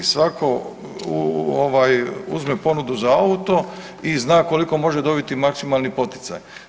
Svatko uzme ponudu za auto i zna koliko može dobiti maksimalno poticaj.